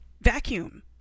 vacuum